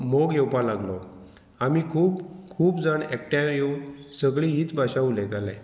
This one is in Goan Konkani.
मोग येवपा लागलो आमी खूब खूब जाण एकठांय येवन सगळीं हीच भाशा उलयताले